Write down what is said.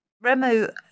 Remo